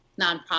nonprofit